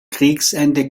kriegsende